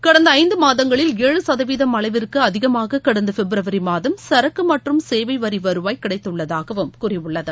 கடந்த ஐந்து மாதங்களில் ஏழு சதவீதம் அளவிற்கு அதிகமாக கடந்த பிப்ரவரி மாதம் சரக்கு மற்றும் சேவை வரி வருவாய் கிடைத்துள்ளதாகவும் கூறியுள்ளது